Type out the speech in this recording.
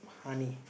honey